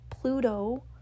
Pluto